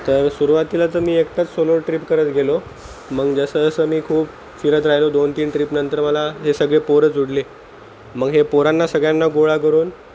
तर सुरुवातीला तर मी एकटाच सोलो ट्रिप करत गेलो मग जसं जसं मी खूप फिरत राहिलो दोन तीन ट्रिप नंतर मला हे सगळे पोरं जोडले मग हे पोरांना सगळ्यांना गोळा करून